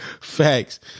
Facts